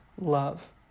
love